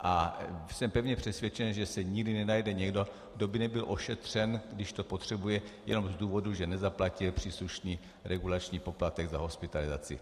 A jsem pevně přesvědčen, že se nikdy nenajde někdo, kdo by nebyl ošetřen, když to potřebuje, jenom z důvodu, že nezaplatil příslušný regulační poplatek za hospitalizaci.